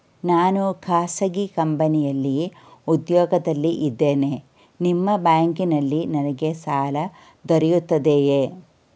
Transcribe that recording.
ನಾನು ಖಾಸಗಿ ಕಂಪನಿಯಲ್ಲಿ ಉದ್ಯೋಗದಲ್ಲಿ ಇದ್ದೇನೆ ನಿಮ್ಮ ಬ್ಯಾಂಕಿನಲ್ಲಿ ನನಗೆ ಸಾಲ ದೊರೆಯುತ್ತದೆಯೇ?